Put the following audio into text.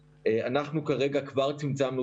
בבית החולים יש כרגע תשעה